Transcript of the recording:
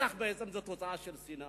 בעצם, רצח זה תוצאה של שנאה,